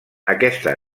aquesta